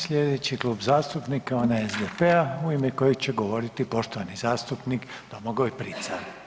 Sljedeći Klub zastupnika je onaj SDP-a u ime kojeg će govoriti poštovani zastupnik Domagoj Prica.